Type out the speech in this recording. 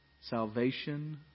salvation